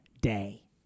day